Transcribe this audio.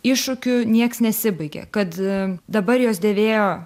iššūkiu nieks nesibaigia kad dabar jos dėvėjo